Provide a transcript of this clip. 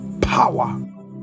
power